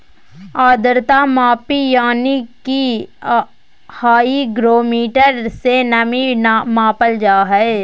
आद्रता मापी यानी कि हाइग्रोमीटर से नमी मापल जा हय